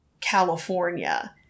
California